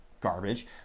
garbage